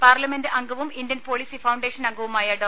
parliament അംഗവും Indian policy foundation അംഗവുമായ ഡോ